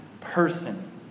person